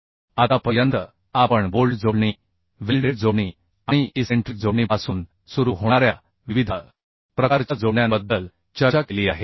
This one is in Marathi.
तर आतापर्यंत आपण बोल्ट जोडणी वेल्डेड जोडणी आणि इसेंट्रिक जोडणीपासून सुरू होणाऱ्या विविध प्रकारच्या जोडण्यांबद्दल चर्चा केली आहे